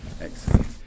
Excellent